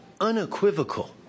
unequivocal